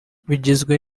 bigizwe